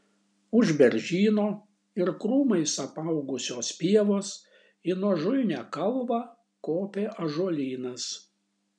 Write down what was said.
už beržyno ir krūmais apaugusios pievos į nuožulnią kalvą kopė ąžuolynas